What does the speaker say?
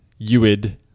UID